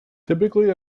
typically